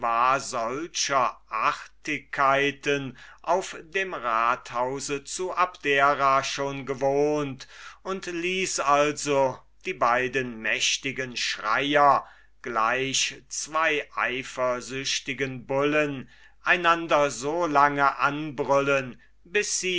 artigkeiten auf dem rathause zu abdera schon gewohnt und ließ also die beiden mächtigen schreier gleich zween eifersüchtigen bullen einander so lange anbrüllen bis